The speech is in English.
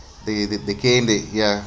they they they came they ya